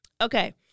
Okay